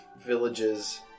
villages